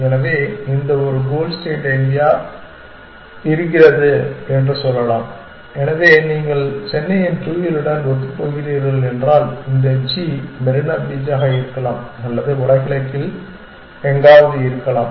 எனவே இந்த ஒரு கோல் ஸ்டேட் எங்கேயோ இருக்கிறது என்று சொல்லலாம் எனவே நீங்கள் சென்னையின் புவியியலுடன் ஒத்துப்போகிறீர்கள் என்றால் இந்த ஜி மெரினா பீச்சாக இருக்கலாம் அல்லது வடகிழக்கில் எங்காவது இருக்கலாம்